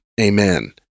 amen